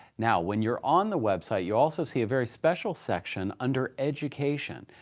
now, when you're on the website, you'll also see a very special section under education.